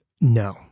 no